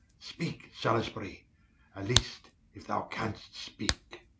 speake salisbury at least, if thou canst, speake